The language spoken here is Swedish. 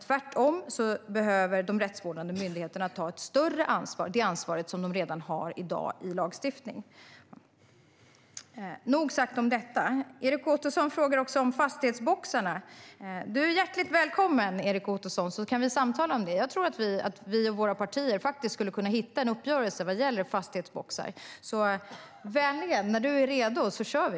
Tvärtom behöver de rättsvårdande myndigheterna ta ett större ansvar - det ansvar som de redan har i dag i lagstiftningen. Nog sagt om detta. Erik Ottoson frågar också om fastighetsboxarna. Du är hjärtligt välkommen, Erik Ottoson, att samtala om det! Jag tror att vi och våra partier skulle kunna hitta en uppgörelse vad gäller fastighetsboxar så, vänligen, när du är redo kör vi.